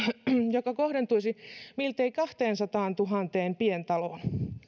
joka kohdentuisi miltei kahteensataantuhanteen pientaloon